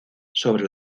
sobre